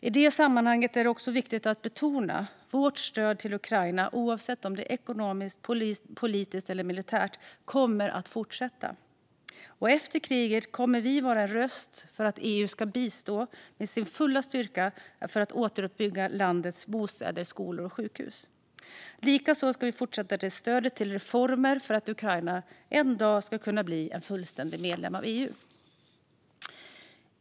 I det sammanhanget är det också viktigt att betona att vårt stöd till Ukraina, oavsett om det är ekonomiskt, politiskt eller militärt, kommer att fortsätta. Och efter kriget kommer vi att vara en röst för att EU ska bistå med sin fulla styrka för att återuppbygga landets bostäder, skolor och sjukhus. Likaså ska vi fortsätta ge stöd till reformer för att Ukraina en dag ska kunna bli en fullständig medlem av EU.